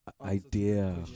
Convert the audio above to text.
idea